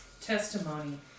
testimony